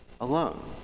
alone